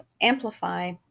amplify